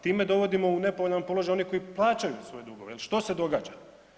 Time dovodimo u nepovoljan položaj onih koji plaćaju svoje dugove jer što se događa?